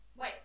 wait